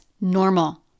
normal